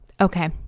Okay